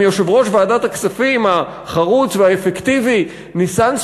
עם יושב-ראש ועדת הכספים החרוץ והאפקטיבי ניסן סלומינסקי,